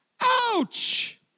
Ouch